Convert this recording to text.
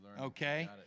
okay